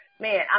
Man